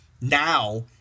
now